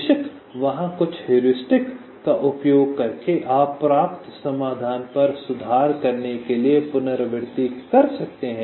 बेशक वहाँ कुछ हेउरिस्टिक का उपयोग कर आप प्राप्त समाधान पर सुधार करने के लिए पुनरावृति कर सकते हैं